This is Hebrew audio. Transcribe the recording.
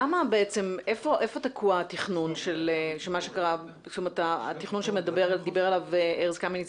איפה תקוע התכנון שדיבר עליו ארז קמיניץ